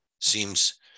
Seems